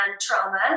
trauma